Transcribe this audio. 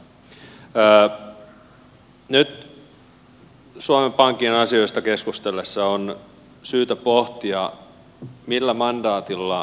nyt suomen pankin asioista keskustellessa on syytä pohtia millä mandaatilla ekp toimii